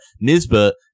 Nisbet